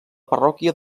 parròquia